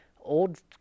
old